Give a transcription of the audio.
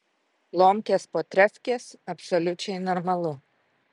lomkės po trefkės absoliučiai normalu